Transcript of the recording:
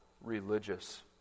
religious